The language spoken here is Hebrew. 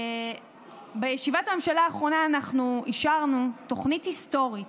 בישיבת הממשלה האחרונה אנחנו אישרנו תוכנית היסטורית,